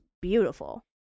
beautiful